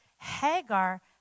Hagar